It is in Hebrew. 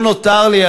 לא נותר לי,